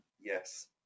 Yes